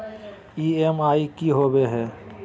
EMI की होवे है?